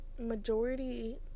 majority